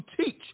teach